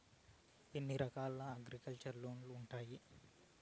ఎన్ని రకాల agriculture loans ఉండాయి